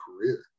career